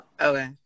Okay